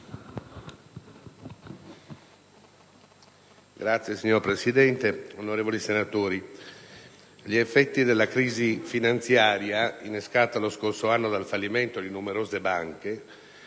*(PD)*. Signor Presidente, onorevoli senatori, gli effetti della crisi finanziaria innescata lo scorso anno dal fallimento di numerose banche